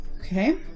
Okay